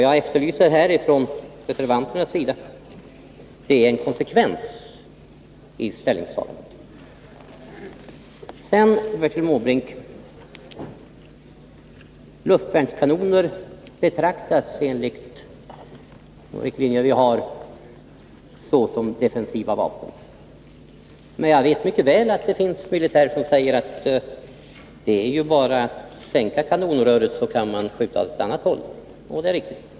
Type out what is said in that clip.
Jag efterlyser konsekvens från reservanterna i deras ställningstaganden. Sedan några ord till Bertil Måbrink. Luftvärnskanoner betraktas hos oss i Sverige såsom defensiva vapen. Jag vet mycket väl att det finns militärer som säger att det bara är att sänka kanonröret, och så kan man skjuta åt annat håll. Och det är riktigt.